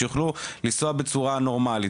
שיוכלו לנסוע בצורה נורמלית.